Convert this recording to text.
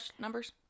numbers